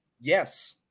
Yes